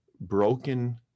broken